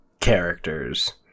characters